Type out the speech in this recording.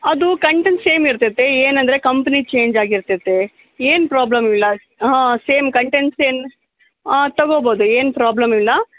ಅದೂ content same ಇರ್ತೈತೆ ಏನಂದರೆ ಕಂಪ್ನಿ ಚೇಂಜ್ ಆಗಿರ್ತೈತೆ ಏನು ಪ್ರಾಬ್ಲಮ್ ಇಲ್ಲ ಹಾಂ ಸೇಮ್ ಕಂಟೆಂಟ್ ಸೇಮ್ ಹಾಂ ತಗೋಬೋದು ಏನು ಪ್ರಾಬ್ಲಮ್ ಇಲ್ಲ